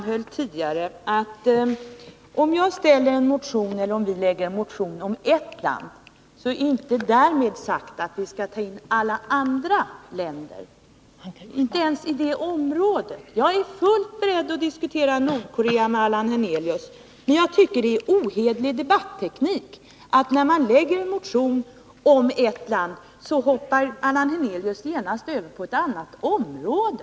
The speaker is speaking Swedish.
Herr talman! Jag framhöll tidigare att om vi väcker en motion om ett land, så är därmed inte sagt att vi skall ta med alla länder, inte ens i det aktuella området. Jag är fullt beredd att diskutera Nordkorea med Allan Hernelius. Men jag — Erkännande av tycker att det är en ohederlig debatteknik att — som Allan Hernelius gör — PLO, m.m. med anledning av en motion som väckts om förhållandena i eft land genast hoppa över till förhållandena i ett annat område.